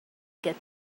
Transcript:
get